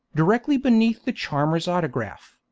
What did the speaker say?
directly beneath the charmer's autograph.